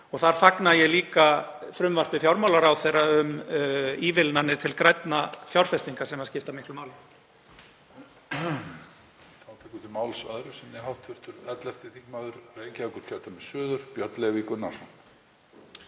Þar fagna ég líka frumvarpi fjármálaráðherra um ívilnanir til grænna fjárfestinga sem skipta miklu máli.